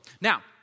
Now